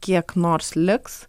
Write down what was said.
kiek nors liks